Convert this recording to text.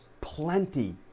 plenty